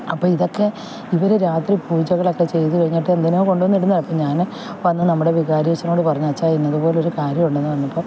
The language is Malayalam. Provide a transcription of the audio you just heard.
അപ്പോൾ ഇതൊക്കെ ഇവർ രാത്രി പൂജകളൊക്കെ ചെയ്ത് കഴിഞ്ഞിട്ട് എന്തിനോ കൊണ്ടുവന്ന് ഇടുന്നതാണ് അപ്പോൾ ഞാൻ വന്ന് നമ്മുടെ വികാരി അച്ചനോട് പറഞ്ഞു അച്ചാ ഇന്നതുപോലെ ഒരു കാര്യം ഉണ്ടെന്ന് പറഞ്ഞപ്പോൾ